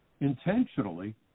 intentionally